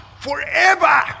forever